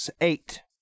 eight